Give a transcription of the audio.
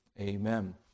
amen